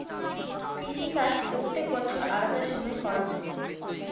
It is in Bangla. কৃষিকাজ প্রত্যেক বছর আলাদা সময় করে হয়